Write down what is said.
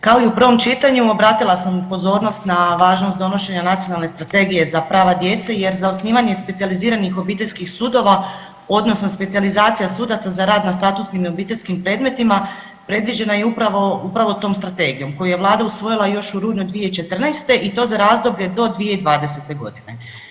Kao i u prvom čitanju obratila sam pozornost na važnost donošenja Nacionalne strategije za prava djece, jer za osnivanje specijaliziranih obiteljskih sudova odnosno specijalizacija sudaca za rad na statusnim i obiteljskim predmetima predviđena je upravo tom strategijom koju je Vlada usvojila još 2014. i to za razdoblje do 2020. godine.